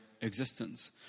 existence